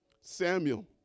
Samuel